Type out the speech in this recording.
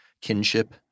kinship